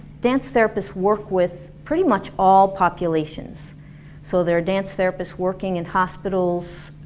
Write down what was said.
dance therapists work with pretty much all populations so there are dance therapists working in hospitals,